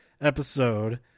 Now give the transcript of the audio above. episode